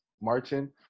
Martin